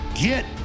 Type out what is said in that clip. Get